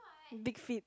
big feet